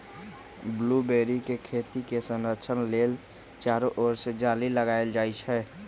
blueberry के खेती के संरक्षण लेल चारो ओर से जाली लगाएल जाइ छै